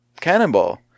cannonball